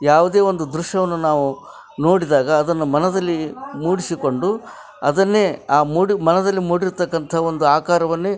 ಯಾವುದೇ ಒಂದು ದೃಶ್ಯವನ್ನು ನಾವು ನೋಡಿದಾಗ ಅದನ್ನು ಮನದಲ್ಲಿ ಮೂಡಿಸಿಕೊಂಡು ಅದನ್ನೇ ಆ ಮೂಡಿ ಮನದಲ್ಲಿ ಮೂಡಿರತಕ್ಕಂಥ ಒಂದು ಆಕಾರವನ್ನೇ